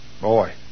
Boy